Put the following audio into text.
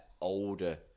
older